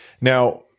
Now